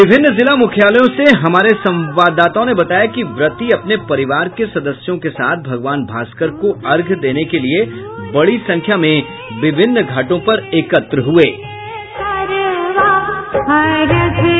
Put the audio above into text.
विभिन्न जिला मुख्यालयों से हमारे संवाददाताओं ने बताया कि व्रती अपने परिवार के सदस्यों के साथ भगवान भास्कर को अर्घ्य देने के लिए बड़ी संख्या में विभिन्न घाटों पर एकत्र हुये